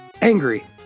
Angry